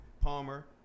Palmer